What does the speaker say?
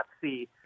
see